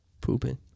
pooping